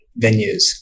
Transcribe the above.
venues